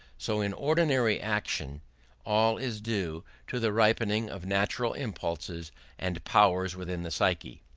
so in ordinary action all is due to the ripening of natural impulses and powers within the psyche.